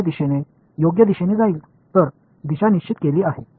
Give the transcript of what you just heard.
எனவே இந்த திசையை நிலையானது என்று உறுதி செய்து கொள்ளலாம்